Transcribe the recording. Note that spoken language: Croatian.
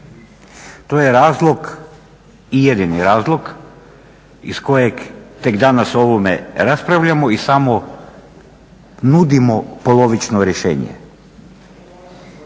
To je razlog i jedini razlog iz kojeg tek danas o ovome raspravljamo i samo nudimo polovično rješenje.